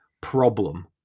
problem